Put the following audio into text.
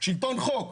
שלטון חוק.